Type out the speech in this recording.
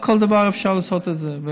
לא בכל דבר אפשר לעשות את זה.